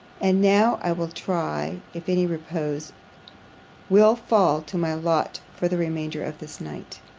and now i will try if any repose will fall to my lot for the remainder of this night.